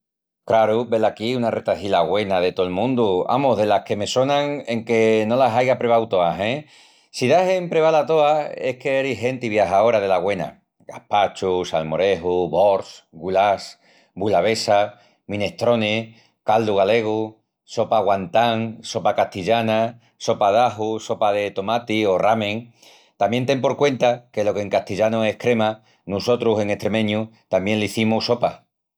Craru, velaquí una retahila güena de tol mundu, amus delas que me sonan enque no las aiga prevau toas, e... Si das en prevá-las toas es que eris genti viajaora dela güena: gaspachu, salmoreju, borscht, gulash, bullabessa, minestrone, caldu galegu, sopa wan-tan, sopa castillana, sopa d'aju, sopa de tomati o ramen. Tamién ten por cuenta que lo que en castillanu es crema nusotrus en estremeñu tamién l'izimus sopa.